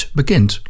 bekend